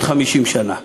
כן, גם בעוד 50 שנה.